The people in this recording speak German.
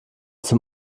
zum